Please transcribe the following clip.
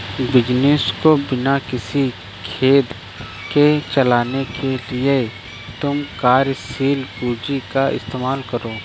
business को बिना किसी खेद के चलाने के लिए तुम कार्यशील पूंजी का इस्तेमाल करो